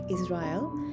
Israel